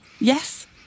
yes